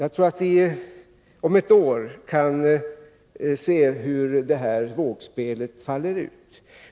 Jag tror att vi om ett år kan se hur detta vågspel faller ut.